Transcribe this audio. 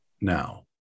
Now